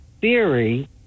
theory